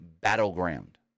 battleground